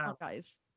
guys